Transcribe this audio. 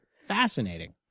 Fascinating